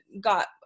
got